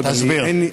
תסביר.